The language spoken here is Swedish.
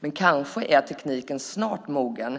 Men kanske är tekniken snart mogen